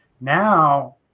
Now